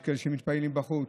יש כאלה שמתפללים בחוץ,